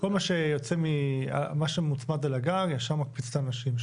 כל מה שיוצא ממה שמוצמד על הגג ישר מקפיץ את האנשים.